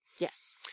Yes